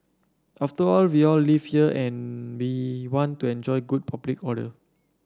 after all we all live here and we want to enjoy good public order